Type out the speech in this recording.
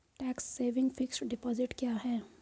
Tax saving fixed deposit क्या है?